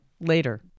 later